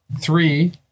Three